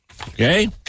Okay